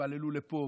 יתפללו לפה,